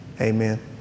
amen